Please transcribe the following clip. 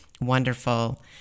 wonderful